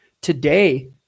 Today